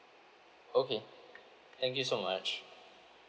okay thank you so much